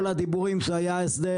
כל הדיבורים שהיה הסדר,